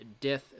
Death